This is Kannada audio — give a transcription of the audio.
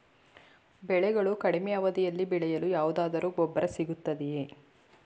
ಬೆಳೆಗಳು ಕಡಿಮೆ ಅವಧಿಯಲ್ಲಿ ಬೆಳೆಯಲು ಯಾವುದಾದರು ಗೊಬ್ಬರ ಸಿಗುತ್ತದೆಯೇ?